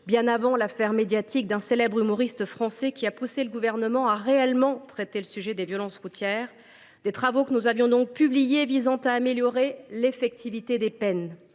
bien avant l’affaire médiatique d’un célèbre humoriste français, qui a poussé le Gouvernement à réellement traiter la question des violences routières. Nos travaux visaient à améliorer l’effectivité des peines.